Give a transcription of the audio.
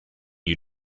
you